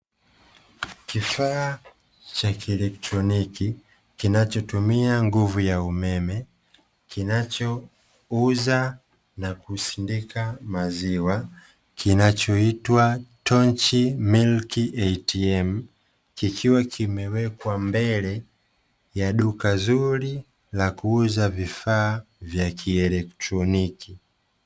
Kifaa cha kielekroniki kinachotumia nguvu ya umeme, kinachouza na kusindika maziwa, kinachoitwa "Tonchi Milk ATM", kikiwa kimewekwa mbele ya duka zuri la kuuza vifaa vya kielektroniki.